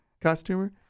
costumer